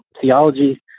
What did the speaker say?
theology